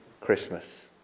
Christmas